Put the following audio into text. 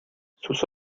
sus